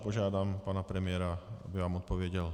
Požádám pana premiéra, aby vám odpověděl.